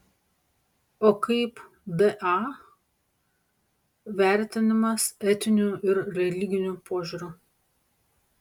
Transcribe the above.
o kaip da vertinimas etiniu ir religiniu požiūriu